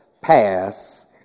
pass